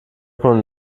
kunde